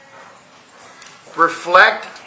reflect